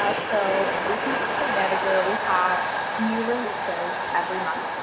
ah so fleet manager we have new releases every month.